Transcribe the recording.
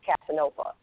Casanova